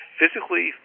physically